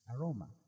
aroma